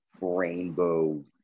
rainbow